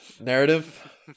Narrative